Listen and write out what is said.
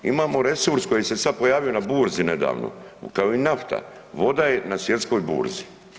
Imamo resurs koji se sad pojavio na burzi nedavno kao i nafta, voda je na svjetskoj burzi.